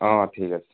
অঁ অঁ ঠিক আছে